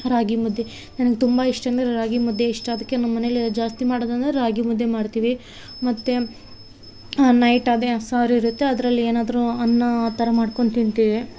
ರಾಗಿ ಮುದ್ದೆ ನನಗೆ ತುಂಬ ಇಷ್ಟ ಅಂದರೆ ರಾಗಿ ಮುದ್ದೆ ಇಷ್ಟ ಅದಕ್ಕೆ ನಮ್ಮ ಮನೇಲಿ ಜಾಸ್ತಿ ಮಾಡೋದಂದರೆ ರಾಗಿ ಮುದ್ದೆ ಮಾಡ್ತಿವಿ ಮತ್ತು ನೈಟ್ ಅದೇ ಸಾರಿರುತ್ತೆ ಅದ್ರಲ್ಲಿ ಏನಾದರು ಅನ್ನ ಆ ಥರ ಮಾಡ್ಕೊಂಡು ತಿಂತೀವಿ